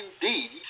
indeed